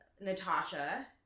Natasha